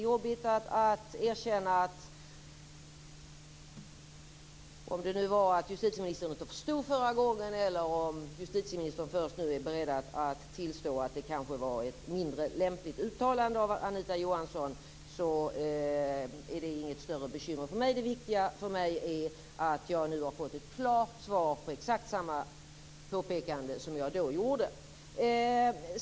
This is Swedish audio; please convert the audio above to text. Jag vet inte om justitieministern inte förstod förra gången eller om hon först nu är beredd att tillstå att det kanske var ett mindre lämpligt uttalande av Anita Johansson. Det är inget större bekymmer för mig. Det viktiga för mig är att jag nu har fått ett klart svar på exakt samma påpekande som jag då gjorde.